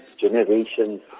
generations